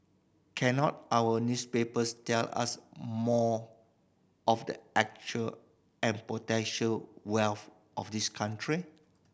cannot our newspapers tell us more of the actual and potential wealth of this country